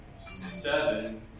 seven